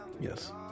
yes